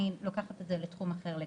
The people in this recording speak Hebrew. אני לוקחת את זה למקום אחר לגמרי,